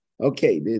Okay